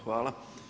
Hvala.